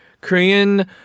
Korean